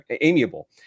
amiable